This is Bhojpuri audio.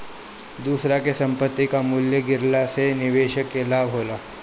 दूसरा के संपत्ति कअ मूल्य गिरला से निवेशक के लाभ होला